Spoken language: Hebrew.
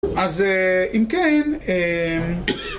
אז, אם כן, אה...